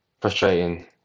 frustrating